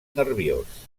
nerviós